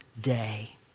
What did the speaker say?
Day